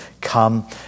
come